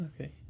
okay